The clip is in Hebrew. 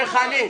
עודד וחנין.